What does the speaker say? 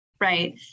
Right